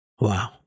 Wow